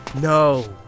No